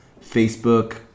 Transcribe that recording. Facebook